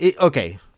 Okay